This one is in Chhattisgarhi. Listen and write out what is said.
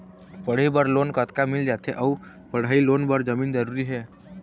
पढ़ई बर लोन कतका मिल जाथे अऊ पढ़ई लोन बर जमीन जरूरी हे?